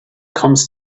comes